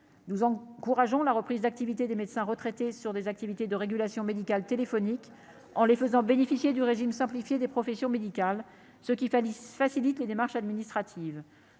nous encourageons la reprise d'activité des médecins retraités sur des activités de régulation médicale téléphonique en les faisant bénéficier du régime simplifié des professions médicales, ce qu'il fallait facilite les démarches administratives,